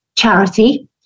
Charity